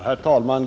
Herr talman!